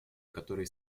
который